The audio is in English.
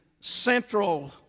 central